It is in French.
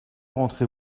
rentrez